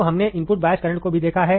तो हमने input bias current को भी देखा है